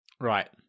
Right